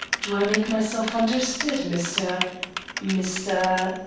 do i make myself understood, mr mr.